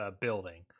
building